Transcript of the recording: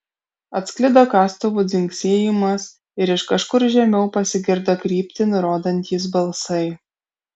atsklido kastuvų dzingsėjimas ir iš kažkur žemiau pasigirdo kryptį nurodantys balsai